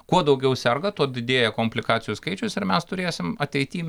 kuo daugiau serga tuo didėja komplikacijų skaičius ir mes turėsim ateity